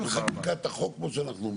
עם חקיקת החוק, כמו שאנחנו אומרים.